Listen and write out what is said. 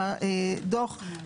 מהדוח.